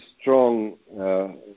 strong